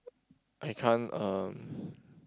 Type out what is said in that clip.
I can't uh